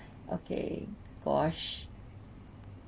okay gosh